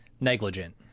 negligent